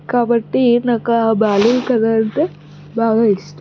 కాబట్టి నాకు ఆ బాలీ కథంటే బాగా ఇష్టం